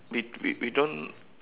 we we we don't